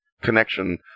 connection